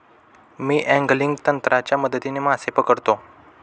मी angling तंत्राच्या मदतीने मासे पकडतो